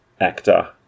actor